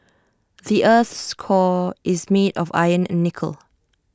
the Earth's core is made of iron and nickel